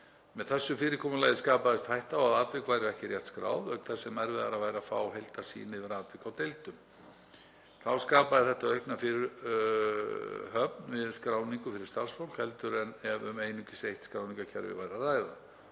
Með þessu fyrirkomulagi skapaðist hætta á að atvik væru ekki rétt skráð auk þess sem erfiðara væri að fá heildarsýn yfir atvik á deildum. Þá skapaði þetta aukna fyrirhöfn við skráningu fyrir starfsfólk en ef um einungis eitt skráningarkerfi væri að ræða.